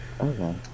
Okay